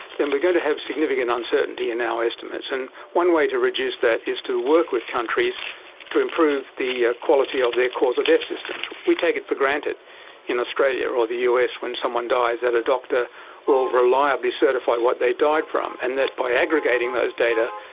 then we're going to have significant uncertainty in our estimates. and one way to reduce that is to work with countries to improve the quality of their cause of death systems. we take it for granted in australia or the us when someone dies that a doctor will reliably certify what they died from, and that by aggregating those data,